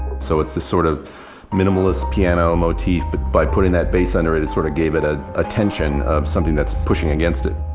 so it's this sort of minimalist piano motif but by putting that bass under, it sort of gave it a ah tension of something that's pushing against it.